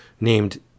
named